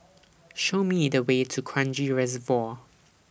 Show Me The Way to Kranji Reservoir